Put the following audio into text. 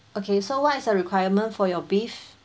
okay so what is the requirement for your beef